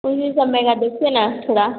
उसी सब में का देखिए ना थोड़ा